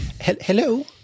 hello